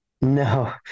No